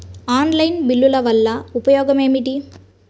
Online బిల్లుల వల్ల ఉపయోగమేమిటీ?